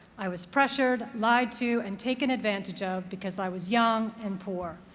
i was pressured, lied to, and taken advantage of, because i was young and poor.